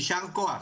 יישר כוח,